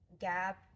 gap